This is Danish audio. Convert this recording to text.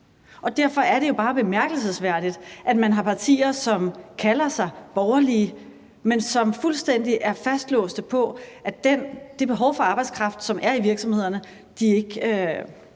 og derfor er det bare bemærkelsesværdigt, at man har partier, som kalder sig borgerlige, men som er fuldstændig fastlåste på, at den arbejdskraft, som der er behov for i virksomhederne, ikke